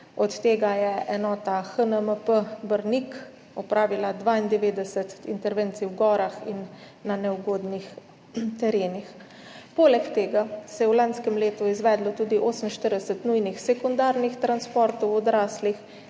Od tega je enota HNMP Brnik opravila 92 intervencij v gorah in na neugodnih terenih. Poleg tega se je v lanskem letu izvedlo tudi 48 nujnih sekundarnih transportov odraslih